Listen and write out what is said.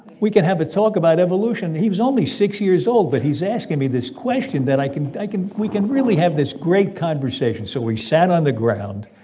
we could have a talk about evolution. he was only six years old, but he's asking me this question that i can i can we can really have this great conversation. so we sat on the ground,